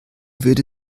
würde